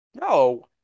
No